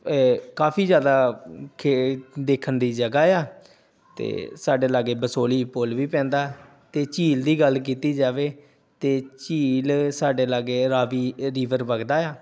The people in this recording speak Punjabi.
ਕਾਫ਼ੀ ਜ਼ਿਆਦਾ ਖੇ ਦੇਖਣ ਦੀ ਜਗ੍ਹਾ ਆ ਅਤੇ ਸਾਡੇ ਲਾਗੇ ਬਸੋਲੀ ਪੁੱਲ ਵੀ ਪੈਂਦਾ ਅਤੇ ਝੀਲ ਦੀ ਗੱਲ ਕੀਤੀ ਜਾਵੇ ਤਾਂ ਝੀਲ ਸਾਡੇ ਲਾਗੇ ਰਾਵੀ ਰਿਵਰ ਵਗਦਾ ਆ